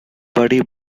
buddy